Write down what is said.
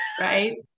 right